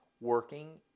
working